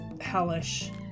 hellish